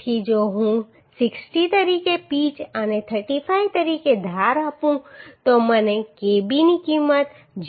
તેથી જો હું 60 તરીકે પિચ અને 35 તરીકે ધાર આપું તો મને K b ની કિંમત 0